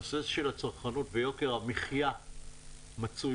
הנושא של הצרכנות ויוקר המחיה מצוי